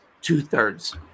two-thirds